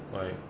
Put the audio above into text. why